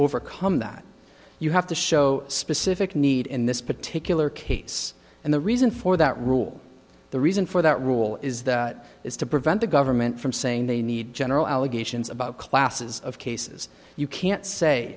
overcome that you have to show a specific need in this particular case and the reason for that rule the reason for that rule is that is to prevent the government from saying they need general allegations about classes of cases you can't say